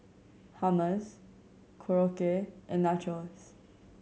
Hummus Korokke and Nachos